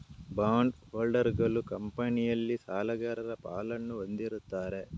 bond ಹೋಲ್ಡರುಗಳು ಕಂಪನಿಯಲ್ಲಿ ಸಾಲಗಾರ ಪಾಲನ್ನು ಹೊಂದಿರುತ್ತಾರೆ